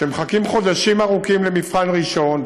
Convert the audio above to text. שמחכים חודשים ארוכים למבחן ראשון,